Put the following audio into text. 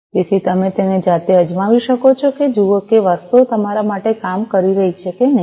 તેથી તમે તેને જાતે અજમાવી શકો છો અને જુઓ કે વસ્તુઓ તમારા માટે કામ કરી રહી છે કે નહીં